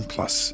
Plus